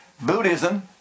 Buddhism